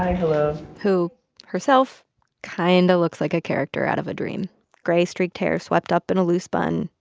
who ah who herself kind of looks like a character out of a dream gray streaked hair swept up in a loose bun,